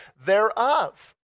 thereof